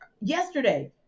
yesterday